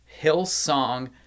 Hillsong